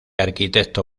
arquitecto